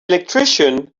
electrician